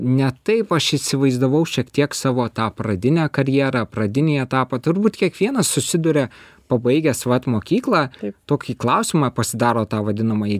ne taip aš įsivaizdavau šiek tiek savo tą pradinę karjerą pradinį etapą turbūt kiekvienas susiduria pabaigęs vat mokyklą tokį klausimą pasidaro tą vadinamąjį